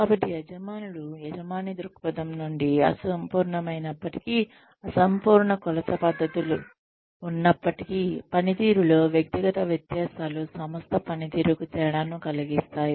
కాబట్టి యజమానులు యజమాని దృక్పథం నుండి అసంపూర్ణమైనప్పటికీ అసంపూర్ణ కొలత పద్ధతులు ఉన్నప్పటికీ పనితీరులో వ్యక్తిగత వ్యత్యాసాలు సంస్థ పనితీరుకు తేడాను కలిగిస్తాయి